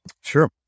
Sure